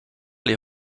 les